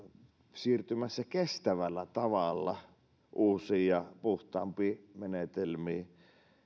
siirtymässä kestävällä tavalla uusiin ja puhtaampiin menetelmiin